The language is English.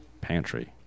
pantry